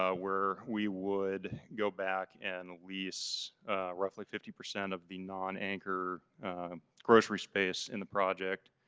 ah where we would go back and lease roughly fifty percent of the nonanchor grocery space in the project